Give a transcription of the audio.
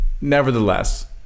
nevertheless